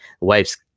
wife's